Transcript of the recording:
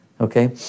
okay